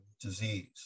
disease